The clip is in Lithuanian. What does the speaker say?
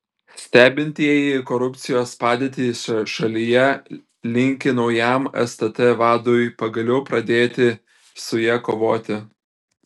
stebintieji korupcijos padėtį šalyje linki naujam stt vadui pagaliau pradėti su ja kovoti